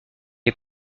est